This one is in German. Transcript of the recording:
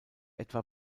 etwa